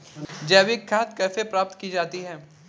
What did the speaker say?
जैविक खाद कैसे प्राप्त की जाती है?